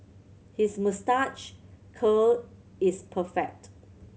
his moustache curl is perfect